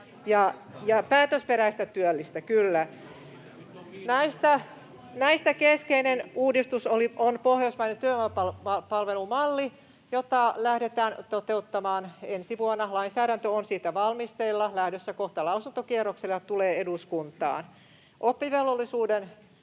Päätösperäistä työllistä, kyllä. — Näistä keskeinen uudistus on pohjoismainen työvoimapalvelumalli, jota lähdetään toteuttamaan ensi vuonna. Lainsäädäntö on siitä valmisteilla, lähdössä kohta lausuntokierrokselle ja tulee eduskuntaan. Oppivelvollisuuden